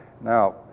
Now